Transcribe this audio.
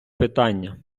питання